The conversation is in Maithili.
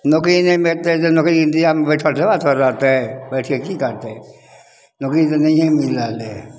नौकरी नहि भेटतै तऽ नौकरीके इंतजारमे बैठल थोड़बै थोड़ रहतै बैठके की करतै नौकरी तऽ नैहिए मिल रहलै हइ